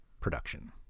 production